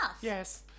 Yes